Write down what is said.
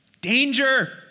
Danger